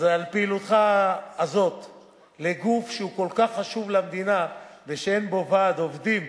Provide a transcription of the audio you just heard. אז על פעילותך זו לגוף שהוא כל כך חשוב למדינה ושאין בו ועד עובדים,